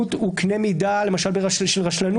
סבירות היא קנה מידה למשל של רשלנות.